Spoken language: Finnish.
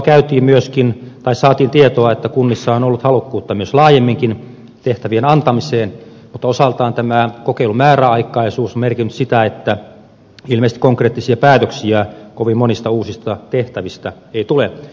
saatiin myöskin tietoa siitä että kunnissa on ollut halukkuutta myös laajemminkin tehtävien antamiseen mutta osaltaan tämän kokeilun määräaikaisuus on merkinnyt sitä että ilmeisesti konkreettisia päätöksiä kovin monista uusista tehtävistä ei tule